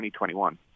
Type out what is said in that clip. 2021